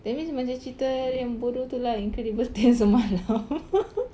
that means macam cerita yang bodoh tu lah incredible tales semalam